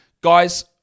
Guys